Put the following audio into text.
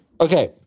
Okay